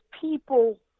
people